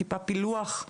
יש איזשהו פילוח נתונים?